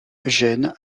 eugène